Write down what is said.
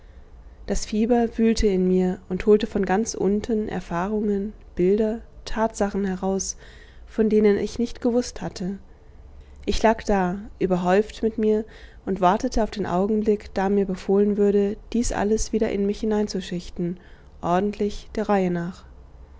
das fieber wühlte in mir und holte von ganz unten erfahrungen bilder tatsachen heraus von denen ich nicht gewußt hatte ich lag da überhäuft mit mir und wartete auf den augenblick da mir befohlen würde dies alles wieder in mich hineinzuschichten ordentlich der reihe nach